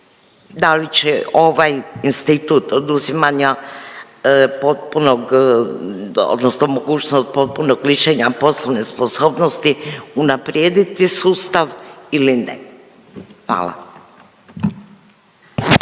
da li će ovaj institut oduzimanja potpunog odnosno mogućnost potpunog lišenja poslovne sposobnosti unaprijediti sustav ili ne? Hvala.